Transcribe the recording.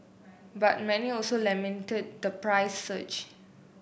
but many also lamented the price surge